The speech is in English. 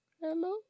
Hello